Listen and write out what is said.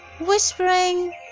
whispering